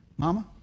Mama